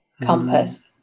Compass